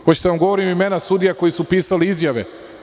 Hoćete da vam govorim imena sudija koji su pisali izjave?